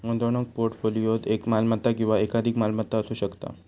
गुंतवणूक पोर्टफोलिओत एक मालमत्ता किंवा एकाधिक मालमत्ता असू शकता